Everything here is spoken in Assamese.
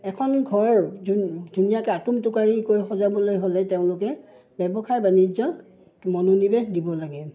এখন ঘৰ ধুনীয়াকৈ আটোমটোকাৰিকৈ সজাবলৈ হ'লে তেওঁলোকে ব্যৱসায় বাণিজ্যত মনোনিৱেশ দিব লাগে